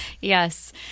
Yes